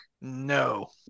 no